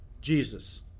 jesus